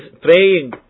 praying